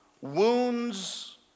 wounds